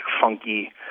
funky